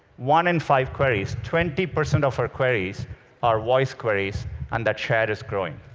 one in five queries twenty percent of our queries are voice queries and that share is growing.